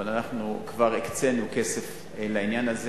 אבל כבר הקצינו כסף לעניין הזה.